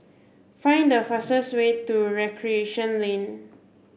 find the fastest way to Recreation Lane